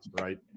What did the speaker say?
right